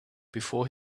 before